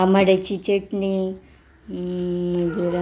आमाड्याची चटणी मागीर